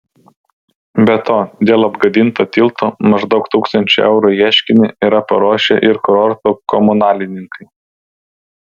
be to dėl apgadinto tilto maždaug tūkstančio eurų ieškinį yra paruošę ir kurorto komunalininkai